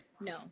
No